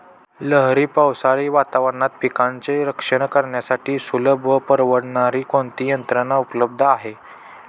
लहरी पावसाळी वातावरणात पिकांचे रक्षण करण्यासाठी सुलभ व परवडणारी कोणती यंत्रणा उपलब्ध आहे?